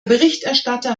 berichterstatter